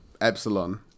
epsilon